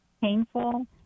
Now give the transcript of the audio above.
painful